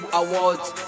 awards